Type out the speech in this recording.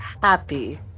happy